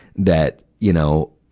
that, you know,